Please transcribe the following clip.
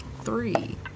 Three